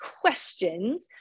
questions